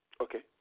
Okay